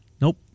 Nope